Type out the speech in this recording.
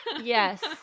Yes